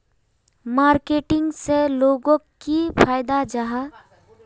Marketing से लोगोक की फायदा जाहा?